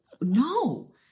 No